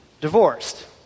divorced